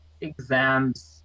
exams